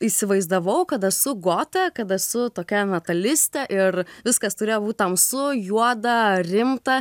įsivaizdavau kad esu gotė kad esu tokia metalistė ir viskas turėjo būt tamsu juoda rimta